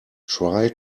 try